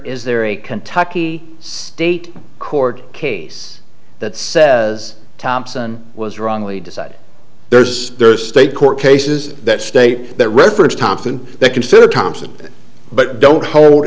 is there a kentucky state court case that says thompson was wrongly decided there's state court cases that state that referenced thompson they consider thompson but don't hold